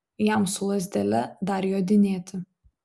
jam su lazdele dar jodinėti